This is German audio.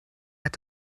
hat